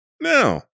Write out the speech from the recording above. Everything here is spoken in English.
Now